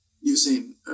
using